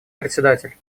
председатель